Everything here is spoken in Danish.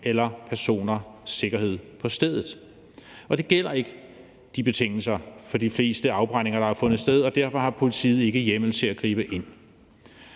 andre personers sikkerhed på stedet. Men det gælder ikke for betingelserne i forbindelse med de fleste af de afbrændinger, der har fundet sted, og derfor har politiet ikke hjemmel til at gribe ind.